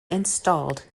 installed